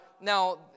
now